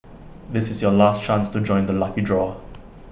this is your last chance to join the lucky draw